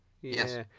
Yes